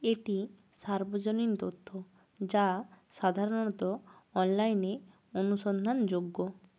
এটি সর্বজনীন তথ্য যা সাধারনণত অনলাইনে অনুসন্ধান যোগ্য